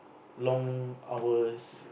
long hours